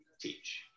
Teach